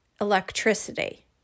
electricity